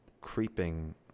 creeping